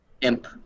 imp